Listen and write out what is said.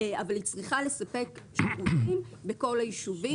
היא צריכה לספק שירותים בכל היישובים.